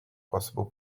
possible